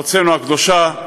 ארצנו הקדושה,